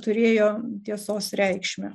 turėjo tiesos reikšmę